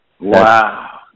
Wow